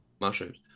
mushrooms